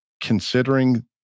Considering